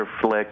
flick